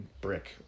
brick